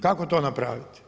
Kako to napraviti?